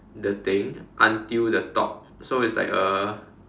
the thing until the top so it's like a